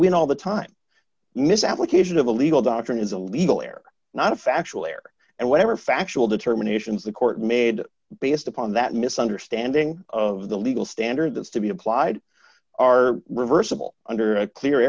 win all the time this application of a legal doctrine is a legal or not a factual error and whatever factual determinations the court made based upon that misunderstanding of the legal standard that's to be applied are reversible under a clear